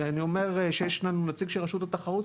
ואני אומר שיש לנו נציג של רשות התחרות,